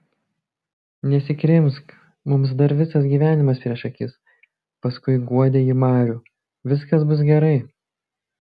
nesikrimsk mums dar visas gyvenimas prieš akis paskui guodė ji marių viskas bus gerai